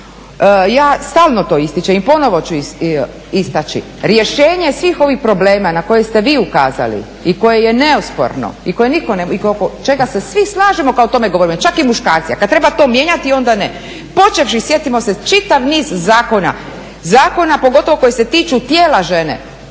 Ja stalno to ističem i ponovo ću istaći. Rješenje svih ovih problema na koje ste vi ukazali i koje je neosporno i koje nitko i oko čega se svi slažemo kad o tome govorimo, čak i muškarci a kad treba to mijenjati onda ne. Počevši sjetimo se čitav niz zakona, zakona pogotovo kojih se tiču tijela žene.